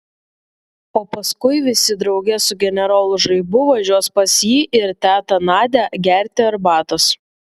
o paskui visi drauge su generolu žaibu važiuos pas jį ir tetą nadią gerti arbatos